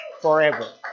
forever